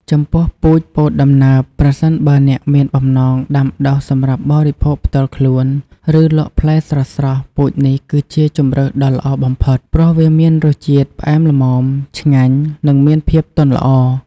ចំពោះពូជពោតដំណើប ប្រសិនបើអ្នកមានបំណងដាំដុះសម្រាប់បរិភោគផ្ទាល់ខ្លួន ឬលក់ផ្លែស្រស់ៗ ពូជនេះគឺជាជម្រើសដ៏ល្អបំផុត ព្រោះវាមានរសជាតិផ្អែមល្មម ឆ្ងាញ់ និងមានភាពទន់ល្អ។